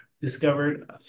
discovered